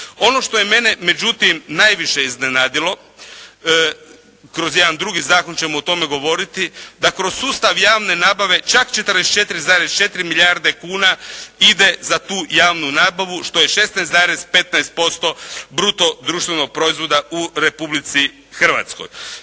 Ono što je mene međutim najviše iznenadilo, kroz jedan drugi zakon ćemo o tome govoriti da kroz sustav javne nabave čak 44,4 milijarde kuna ide za tu javnu nabavu, što je 16,15% bruto društvenog proizvoda u Republici Hrvatskoj.